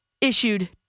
issued